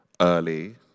early